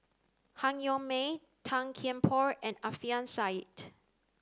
Han Yong May Tan Kian Por and Alfian Sa'at